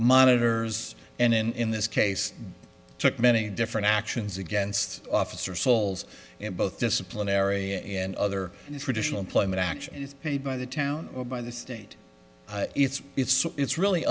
monitors and in this case took many different actions against officer souls in both disciplinary and other traditional employment actions paid by the town or by the state it's it's it's really